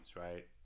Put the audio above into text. right